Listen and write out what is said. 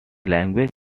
language